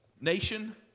nation